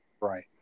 right